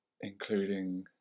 including